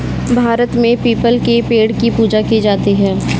भारत में पीपल के पेड़ को पूजा जाता है